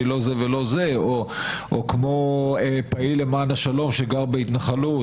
לא זה ולא זה או כמו פעיל למען השלום שגר בהתנחלות,